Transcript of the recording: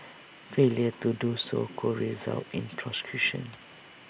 failure to do so could result in prosecution